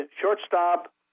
shortstop